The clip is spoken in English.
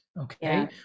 okay